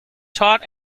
taught